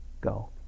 go